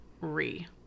re